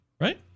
Right